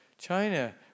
China